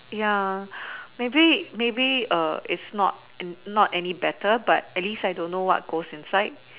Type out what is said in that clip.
ya maybe maybe it's not not any better at least I don't what goes inside